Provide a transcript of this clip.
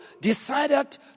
decided